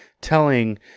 telling